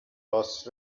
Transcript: loss